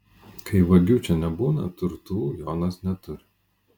kai vagių čia nebūna turtų jonas neturi